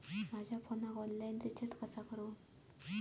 माझ्या फोनाक online recharge कसा करू?